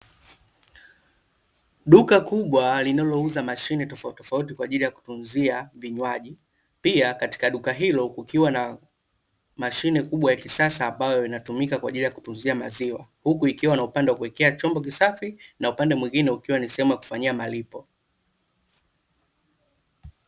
Duka kubwa linalouza mashine tofauti tofauti kwaajili ya kutunzia vinywaji. Pia katika duka hilo kukiwa na mashine kubwa ya kisasa, ambayo inatumika kwaajili ya kutunzia maziwa, huku ikiwa na upande wa kuwekea chombo kisafi, na upande mwingine ukiwa ni sehemuu ya kufanyia malipo.